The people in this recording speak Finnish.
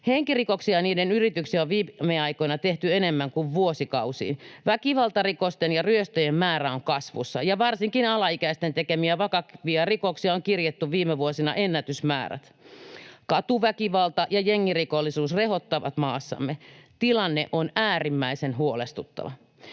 Henkirikoksia ja niiden yrityksiä on viime aikoina tehty enemmän kuin vuosikausiin. Väkivaltarikosten ja ryöstöjen määrä on kasvussa, ja varsinkin alaikäisten tekemiä vakavia rikoksia on kirjattu viime vuosina ennätysmäärät. Katuväkivalta ja jengirikollisuus rehottavat maassamme. Tilanne on äärimmäisen huolestuttava.